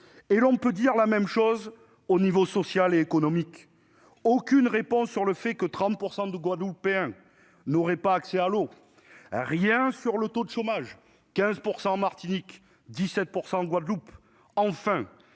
On peut dire la même chose au niveau social et économique. Vous n'avez apporté aucune réponse sur le fait que 30 % des Guadeloupéens n'auraient pas accès à l'eau. Rien sur le taux de chômage, de 15 % en Martinique, de 17 % en Guadeloupe. Enfin,